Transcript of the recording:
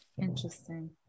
interesting